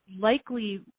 likely